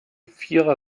vierer